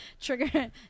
trigger